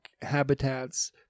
habitats